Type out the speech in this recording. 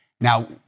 Now